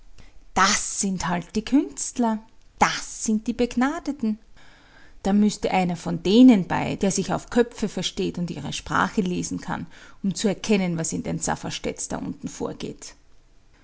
das sind halt die künstler das sind die begnadeten da müßte einer von denen bei der sich auf köpfe versteht und ihre sprache lesen kann um zu erkennen was in den safferstätts da unten vorgeht